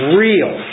real